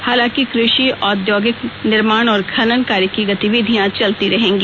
हालाँकि कृषि औद्योगिक निर्माण और खनन कार्य की गतिविधियां चलती रहेंगी